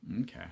Okay